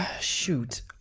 Shoot